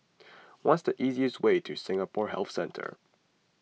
what is the easiest way to Singapore Health Centre